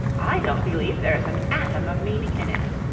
i don't believe there's an atom of meaning in it